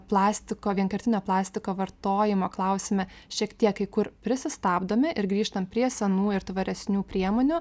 plastiko vienkartinio plastiko vartojimo klausime šiek tiek kai kur prisistabdome ir grįžtam prie senų ir tvaresnių priemonių